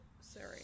Sorry